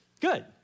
Good